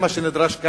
זה מה שנדרש כעת,